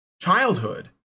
childhood